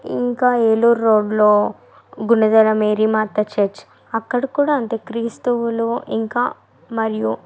ఇంకా ఏలూరు రోడ్డలో గుణిదెల మేరీమాత చర్చ్ అక్కడకూడా అంతే క్రైస్తువులు ఇంకా మరియు